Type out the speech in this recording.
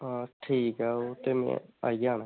आं ठीक ऐ ओह् ते आई जाना